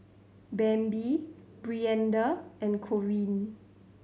Bambi Brianda and Corine